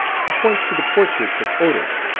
he points to the portraits of otis,